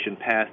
passed